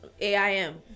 AIM